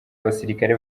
abasirikare